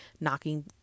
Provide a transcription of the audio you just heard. knocking